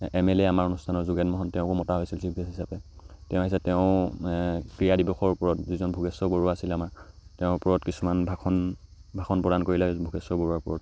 M L A' আমাৰ অনুষ্ঠানৰ যোগেন মহন তেওঁকো মতা হৈছিল চিফ গেষ্ট হিচাপে তেওঁ আহিছে তেওঁ ক্ৰীড়া দিৱসৰ ওপৰত যিজন ভোগেশ্বৰ বৰুৱা আছিল আমাৰ তেওঁৰ ওপৰত কিছুমান ভাষণ ভাষণ প্ৰদান কৰিলে ভোগেশ্বৰ বৰুৱাৰ ওপৰত